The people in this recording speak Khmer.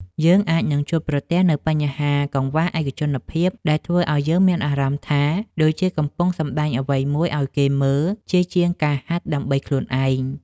យើងអាចនឹងជួបប្រទះនូវបញ្ហាកង្វះឯកជនភាព ដែលធ្វើឱ្យយើងមានអារម្មណ៍ថា ដូចជាកំពុងសម្ដែងអ្វីមួយឱ្យគេមើលជាជាងការហាត់ដើម្បីខ្លួនឯង។